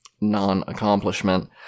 non-accomplishment